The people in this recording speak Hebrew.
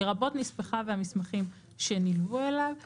לרבות נספחיו והמסמכים שנלוו אליו;